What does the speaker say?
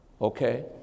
Okay